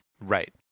Right